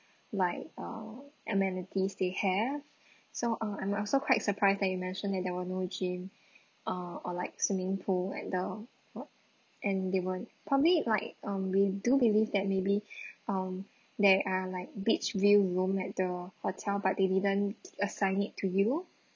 like uh amenities they have so uh I'm also quite surprised that you mentioned it that there were no gym uh or like swimming pool at the what and they won't probably like um we do believe that maybe um there are like beach view room at the hotel but they didn't assign it to you